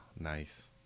Nice